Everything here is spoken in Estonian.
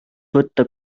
võtta